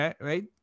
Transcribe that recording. Right